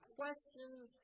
questions